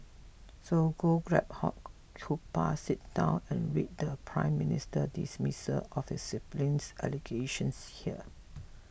so go grab hot cuppa sit down and read the Prime Minister dismissal of his siblings allegations here